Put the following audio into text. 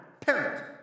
parent